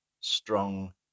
strong